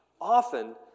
Often